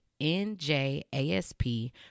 njasp